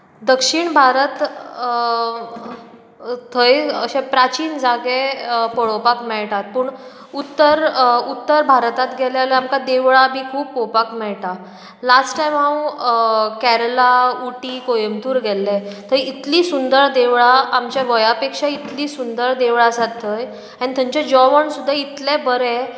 दक्षीण भारत थंय अशे प्राचीन जागे पळोवपाक मेळटात पूण उत्तर भारतांत गेले जाल्यार आमकां देवळां बी खूब पळोवपाक मेळटात लास्ट टायम हांव केरला उटी कोइंबतूर गेल्लें थंय इतलीं सुंदर देवळां आमच्या गोंया पेक्षा इतलीं सुंदर देवळां आसात थंय आनी थंयचें जेवण सुद्दां इतलें बरें